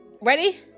ready